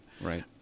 Right